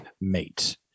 mate